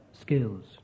skills